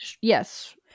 Yes